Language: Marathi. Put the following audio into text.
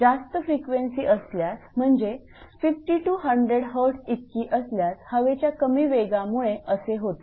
जास्त फ्रिक्वेन्सी असल्यास म्हणजे 50 100 Hz इतकी असल्यास हवेच्या कमी वेगामुळे असे होते